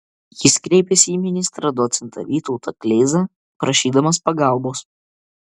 jis kreipėsi į ministrą docentą vytautą kleizą prašydamas pagalbos